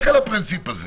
רק על הפרינציפ הזה.